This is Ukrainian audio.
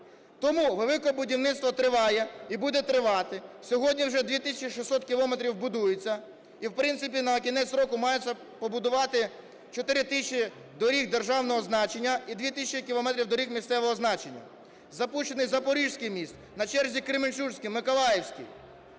Тому велике будівництво триває і буде тривати. Сьогодні вже 2 тисячі 600 кілометрів будується, і, в принципі, на кінець року має побудуватися 4 тисячі доріг державного значення і 2 тисячі кілометрів доріг місцевого значення. Запущений запорізький міст, на черзі кременчуцький, миколаївський.